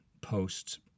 posts